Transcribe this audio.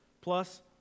plus